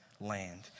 land